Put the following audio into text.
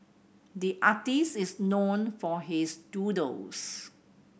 the artist is known for his doodles